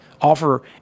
offer